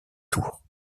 tours